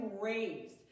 raised